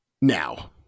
Now